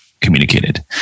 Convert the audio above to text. communicated